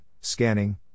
scanning